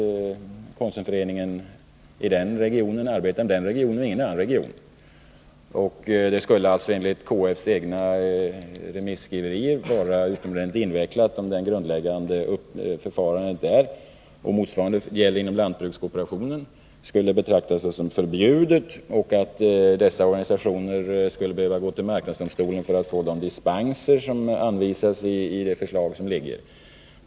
En konsumförening i en region arbetar just i den regionen och inte i någon annan. Det skulle alltså enligt KF:s egen remiss vara utomordentligt invecklat om det grundläggande förhållandet där — och motsvarande gäller inom lantbrukskooperationen — skulle betraktas såsom förbjudet och att man skulle behöva gå till marknadsdomstolen för att få de dispenser som det talats om i utredningsförslaget.